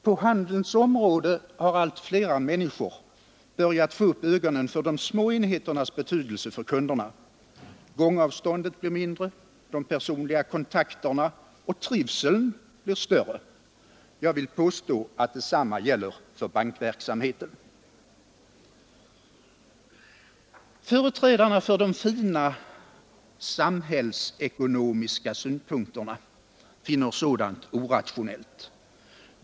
På handelns område har allt fler människor börjat få upp ögonen för de små enheternas betydelse för kunderna. Gångavståndet blir mindre, den personliga kontakten och trivseln blir större. Jag vill påstå att detsamma gäller om bankverksamheten. Företrädarna för de fina samhällsekonomiska synpunkterna finner sådant orationellt.